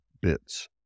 bits